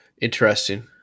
interesting